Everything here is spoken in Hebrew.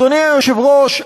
אדוני היושב-ראש,